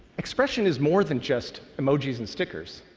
expression is more than just emojis and stickers.